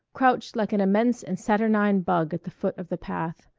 crouched like an immense and saturnine bug at the foot of the path.